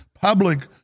public